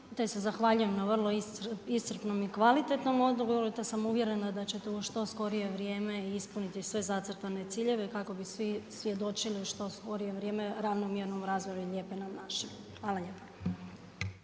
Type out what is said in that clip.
te se zahvaljujem na vrlo iscrpnom i kvalitetnom odgovoru te sam uvjerena da ćete u što skorije vrijeme ispuniti sve zacrtane ciljeve kako bi svi svjedočili u što skorije vrijeme ravnomjernom razvoju Lijepe nam naše. Hvala lijepa.